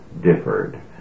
differed